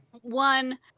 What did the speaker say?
One